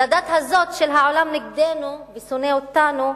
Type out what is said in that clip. לדת הזאת של "העולם נגדנו ושונא אותנו"